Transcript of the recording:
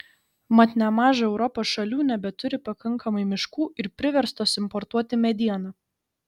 mat nemaža europos šalių nebeturi pakankamai miškų ir priverstos importuoti medieną